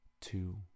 two